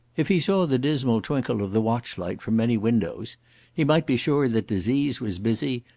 if he saw the dismal twinkle of the watch-light from many windows he might be sure that disease was busy,